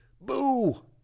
Boo